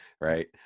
right